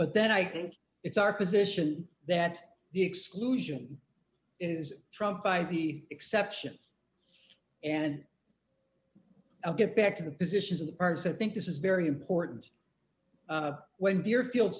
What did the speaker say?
but then i think it's our position that the exclusion is trumped by the exceptions and i'll get back to the positions of the bars i think this is very important when deerfield